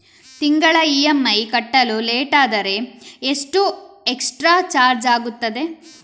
ತಿಂಗಳ ಇ.ಎಂ.ಐ ಕಟ್ಟಲು ಲೇಟಾದರೆ ಎಷ್ಟು ಎಕ್ಸ್ಟ್ರಾ ಚಾರ್ಜ್ ಆಗುತ್ತದೆ?